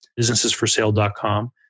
BusinessesForSale.com